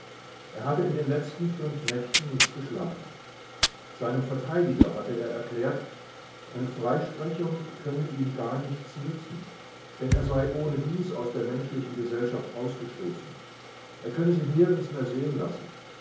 er hatte in den letzten fünf nächten nicht geschlafen seinem verteidiger hatte er erklärt eine freisprechung könne ihm gar nichts nützen denn er sei ohnedies aus der menschlichen gesellschaft ausgestoßen er könne sich nirgends mehr sehen lassen